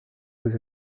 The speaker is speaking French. vous